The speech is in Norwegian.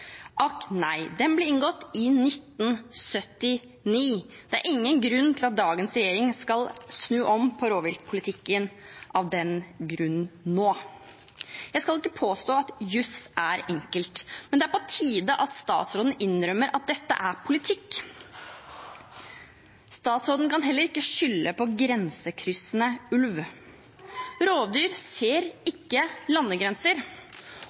akk nei, den ble inngått i 1979. Det er ingen grunn til at dagens regjering skal snu om på rovviltpolitikken av den grunn nå. Jeg skal ikke påstå at jus er enkelt, men det er på tide at statsråden innrømmer at dette er politikk. Statsråden kan heller ikke skylde på grensekryssende ulv. Rovdyr ser ikke landegrenser.